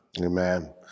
Amen